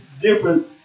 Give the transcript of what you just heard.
different